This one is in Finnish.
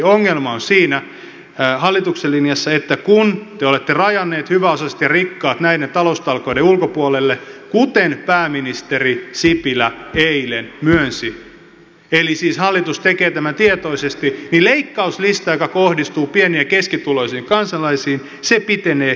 ongelma hallituksen linjassa on siinä että kun te olette rajanneet hyväosaiset ja rikkaat näiden taloustalkoiden ulkopuolelle kuten pääministeri sipilä eilen myönsi eli siis hallitus tekee tämän tietoisesti niin leikkauslista joka kohdistuu pieni ja keskituloisiin kansalaisiin pitenee